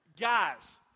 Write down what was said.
Guys